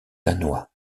danois